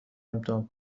امتحان